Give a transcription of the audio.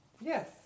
Yes